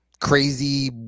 crazy